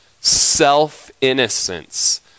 self-innocence